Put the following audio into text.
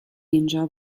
اینجا